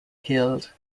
killed